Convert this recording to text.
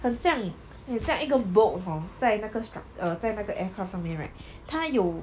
很像很像一个 bolt hor 在那个 struct~ err 在那个 aircraft 上面 right 他有